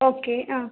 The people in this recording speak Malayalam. ഓക്കെ ആ